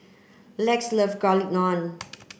Lex loves garlic naan